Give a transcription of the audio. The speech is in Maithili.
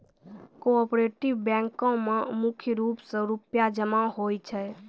कोऑपरेटिव बैंको म मुख्य रूप से रूपया जमा होय छै